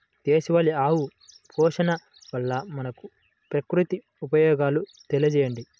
దేశవాళీ ఆవు పోషణ వల్ల మనకు, ప్రకృతికి ఉపయోగాలు తెలియచేయండి?